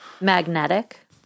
Magnetic